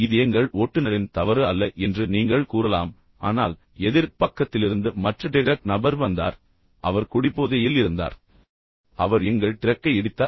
இது எங்கள் ஓட்டுநரின் தவறு அல்ல என்று நீங்கள் கூறலாம் ஆனால் எதிர் பக்கத்திலிருந்து மற்ற டிரக் நபர் வந்தார் பின்னர் அவர் குடிபோதையில் இருந்தார் பின்னர் அவர் எங்கள் டிரக்கை இடித்தார்